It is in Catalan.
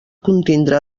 contindre